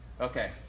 Okay